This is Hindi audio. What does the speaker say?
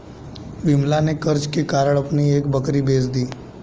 विमला ने कर्ज के कारण अपनी एक बकरी बेच दी